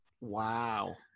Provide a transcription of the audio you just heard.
Wow